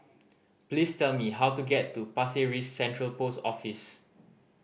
please tell me how to get to Pasir Ris Central Post Office